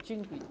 Dziękuję.